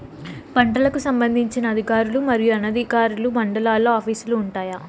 పంటలకు సంబంధించిన అధికారులు మరియు అనధికారులు మండలాల్లో ఆఫీస్ లు వుంటాయి?